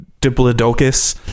diplodocus